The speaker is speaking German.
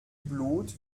blut